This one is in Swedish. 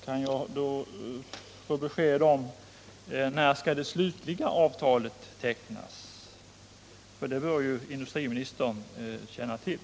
Kan jag då få besked när det slutliga avtalet skall tecknas? Det borde industriministern känna till.